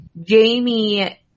Jamie